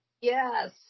Yes